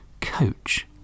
coach